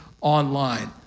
online